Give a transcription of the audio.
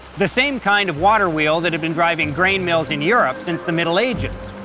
the same kind of water wheel that had been driving grain mills in europe since the middle ages.